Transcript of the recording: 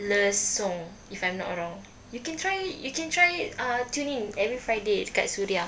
lesung if I'm not wrong you can try you can try uh tune in every friday dekat suria